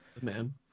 man